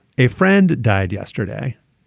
a friend died yesterday.